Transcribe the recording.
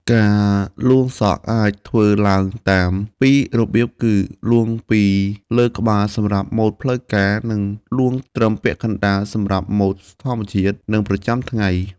ការលួងសក់អាចធ្វើឡើងតាមពីររបៀបគឺ លួងពីលើក្បាលសម្រាប់ម៉ូតផ្លូវការ និងលួងត្រឹមពាក់កណ្តាលសម្រាប់ម៉ូតធម្មជាតិ និងប្រចាំថ្ងៃ។